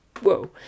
Whoa